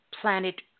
Planet